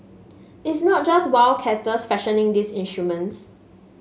it's not just wildcatters fashioning these instruments